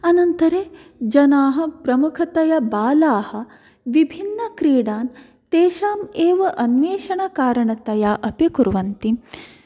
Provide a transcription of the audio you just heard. अनन्तरं जनाः प्रमुखतया बालाः विभिन्न क्रीडान् तेषां एव अन्वेषण कारणतया अपि कुर्वन्ति